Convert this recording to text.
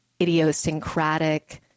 idiosyncratic